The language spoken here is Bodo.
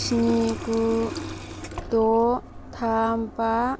स्नि गु द' थाम बा